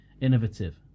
innovative